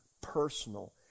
personal